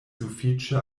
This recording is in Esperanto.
sufiĉe